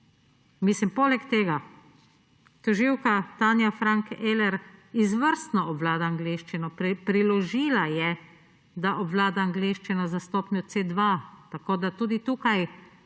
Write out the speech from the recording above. zgled? Poleg tega tožilka Tanja Frank Eler izvrstno obvlada angleščino – priložila je, da obvlada angleščino na stopnji C2. Tako da tudi tukaj